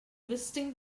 visiting